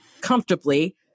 comfortably